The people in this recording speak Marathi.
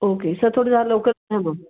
ओके सर थोडं जरा लवकर करा ना